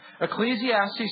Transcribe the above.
Ecclesiastes